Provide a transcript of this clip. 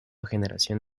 generación